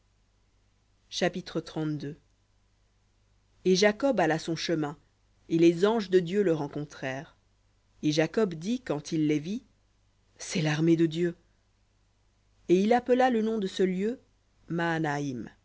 chapitre et jacob alla son chemin et les anges de dieu le rencontrèrent et jacob dit quand il les vit c'est l'armée de dieu et il appela le nom de ce lieu-là mahanaïm